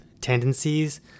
tendencies